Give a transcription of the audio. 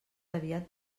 aviat